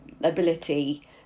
Ability